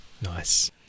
Nice